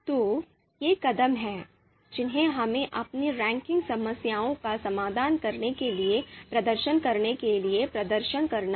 तो ये कदम हैं जिन्हें हमें अपनी रैंकिंग समस्याओं का समाधान करने के लिए प्रदर्शन करने के लिए प्रदर्शन करना है